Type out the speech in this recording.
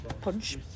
punch